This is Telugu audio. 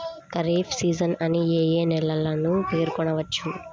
ఖరీఫ్ సీజన్ అని ఏ ఏ నెలలను పేర్కొనవచ్చు?